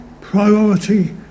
priority